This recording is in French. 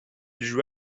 joue